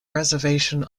reservation